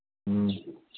ꯎꯝ